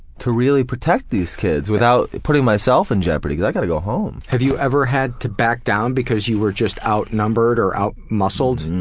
to really protect these kids without putting myself in jeopardy, because i've gotta go home. have you ever had to back down because you were just outnumbered or out-muscled?